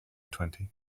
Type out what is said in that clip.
twenty